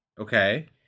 Okay